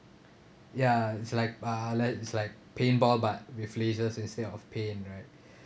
ya it's like bullet it's like paintball but with lasers instead of paint right